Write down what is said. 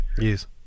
yes